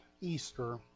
Easter